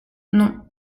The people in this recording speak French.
non